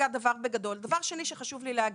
שנית,